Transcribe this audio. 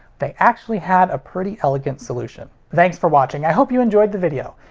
they actually had a pretty elegant solution. thanks for watching, i hoped you enjoyed the video!